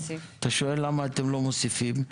אתה שואל למה אתם לא מוסיפים,